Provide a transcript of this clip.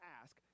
ask